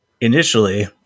initially